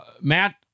Matt